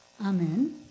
Amen